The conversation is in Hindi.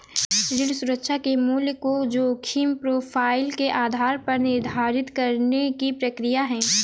ऋण सुरक्षा के मूल्य को जोखिम प्रोफ़ाइल के आधार पर निर्धारित करने की प्रक्रिया है